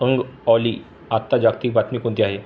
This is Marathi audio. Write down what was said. अगं ऑली आत्ता जागतिक बातमी कोणती आहे